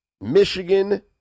Michigan